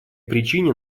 причине